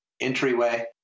entryway